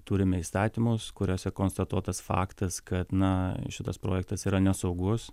turime įstatymus kuriuose konstatuotas faktas kad na šitas projektas yra nesaugus